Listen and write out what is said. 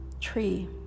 tree